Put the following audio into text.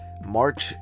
march